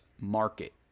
market